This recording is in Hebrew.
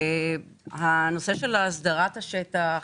נושא הסדרת השטח